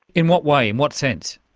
in what way, in what sense?